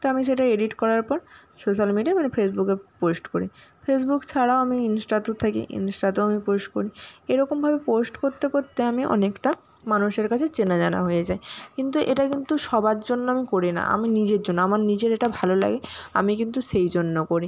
তো আমি সেটা এডিট করার পর সোশ্যাল মিডিয়া মানে ফেসবুকে পোস্ট করি ফেসবুক ছাড়াও আমি ইন্সটাতেও থাকি ইন্সটাতেও আমি পোস্ট করি এরকমভাবে পোস্ট করতে করতে আমি অনেকটা মানুষের কাছে চেনা জানা হয়ে যাই কিন্তু এটা কিন্তু সবার জন্য আমি করি না আমি নিজের জন্য আমার নিজের এটা ভালো লাগে আমি কিন্তু সেই জন্য করি